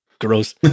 gross